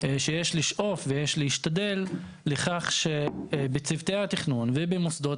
שיש לשאוף ויש להשתדל לכך שבצוותי התכנון ובמוסדות